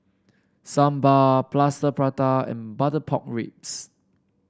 sambal Plaster Prata and Butter Pork Ribs